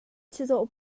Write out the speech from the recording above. chizawh